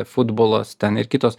futbolas ten ir kitos